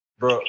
bro